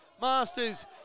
Masters